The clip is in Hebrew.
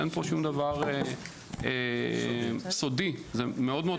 אין פה שום דבר סודי, זה מאוד פשוט.